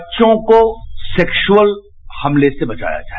बच्चों को सेक्सुशिल हमले से बचाया जाए